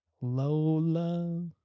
Lola